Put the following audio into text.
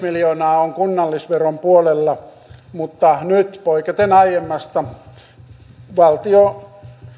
miljoonaa on kunnallisveron puolella mutta nyt poiketen aiemmasta valtio